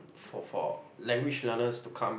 for for language learners to come